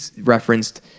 referenced